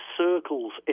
circles